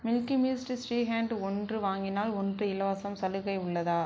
milky Mist shrikhand ஒன்று வாங்கினால் ஒன்று இலவசம் சலுகை உள்ளதா